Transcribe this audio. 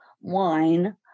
wine